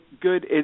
good